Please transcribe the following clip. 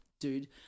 dude